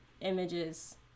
images